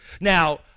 Now